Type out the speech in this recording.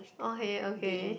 okay okay